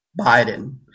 Biden